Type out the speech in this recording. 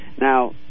Now